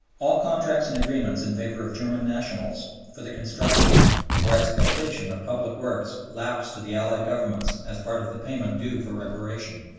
all contracts and agreements in favor of german nationals for the construction or exploitation of public works lapse to the allied governments as part of the payment due for reparation.